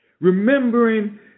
remembering